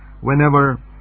whenever